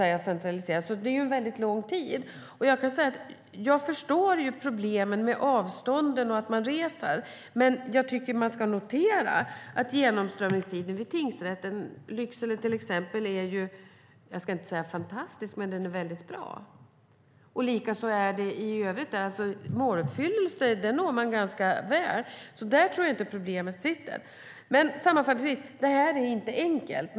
Jag förstår problemen med avstånden och att man reser. Men man ska notera att när vi tar kontakt med Åklagarmyndigheten för att höra hur det fungerar visar det sig att genomströmningstiden vid tingsrätten i till exempel Lycksele är jag ska inte säga fantastisk men mycket bra. Detsamma gäller i övrigt. Måluppfyllelsen når man ganska väl. Där tror jag alltså inte att problemet sitter. Sammanfattningsvis vill jag säga att det här inte är enkelt.